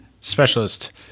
specialist